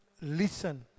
Listen